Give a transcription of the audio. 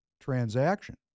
transaction